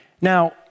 Now